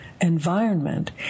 environment